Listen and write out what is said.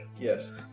Yes